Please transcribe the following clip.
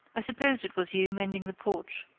i supposed it was you, mending the porch.